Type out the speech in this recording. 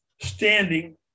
standing